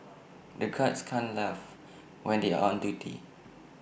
the guards can't laugh when they are on duty